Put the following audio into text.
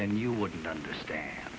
then you wouldn't understand